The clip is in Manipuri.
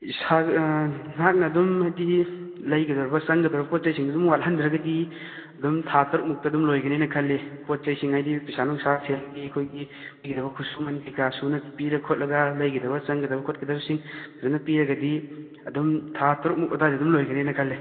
ꯑꯩꯍꯥꯛꯅ ꯑꯗꯨꯝ ꯍꯥꯏꯗꯤ ꯂꯩꯒꯗꯕ ꯆꯪꯒꯗꯕ ꯄꯣꯠ ꯆꯩꯁꯤꯡ ꯑꯁꯨꯝ ꯋꯥꯠꯍꯟꯗ꯭ꯔꯒꯗꯤ ꯑꯗꯨꯝ ꯊꯥ ꯇꯔꯨꯛꯃꯨꯛꯇ ꯑꯗꯨꯝ ꯂꯣꯏꯒꯅꯦꯅ ꯈꯜꯂꯤ ꯄꯣꯠ ꯆꯩꯁꯤꯡ ꯍꯥꯏꯗꯤ ꯄꯩꯁꯥ ꯅꯨꯡꯁꯥ ꯁꯦꯜꯒꯤ ꯑꯩꯈꯣꯏꯒꯤ ꯈꯨꯠꯁꯨꯃꯟ ꯀꯩꯀꯥ ꯁꯨꯅ ꯄꯤꯔ ꯈꯣꯠꯂꯒ ꯂꯩꯒꯗꯕ ꯆꯪꯒꯗꯕ ꯈꯣꯠꯀꯗꯕꯁꯤꯡ ꯐꯖꯅ ꯄꯤꯔꯒꯗꯤ ꯑꯗꯨꯝ ꯊꯥ ꯇꯔꯨꯛꯃꯨꯛ ꯑꯗ꯭ꯋꯥꯏꯗ ꯑꯗꯨꯝ ꯂꯣꯏꯒꯅꯦꯅ ꯈꯜꯂꯤ